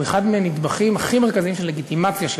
אחד מהנדבכים הכי מרכזיים של הלגיטימציה שלה,